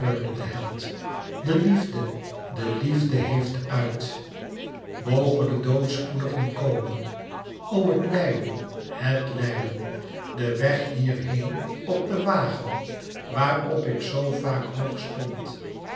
de held de liefde de liefde heeft uit moge de dood spoedig nu komen o het lijden het lijden den weg hier heen op den wagen waar op ik zoo vaak hoog stond